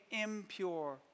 impure